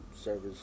Service